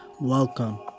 Welcome